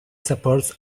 supports